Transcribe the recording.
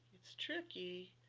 it's tricky,